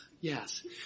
yes